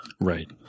right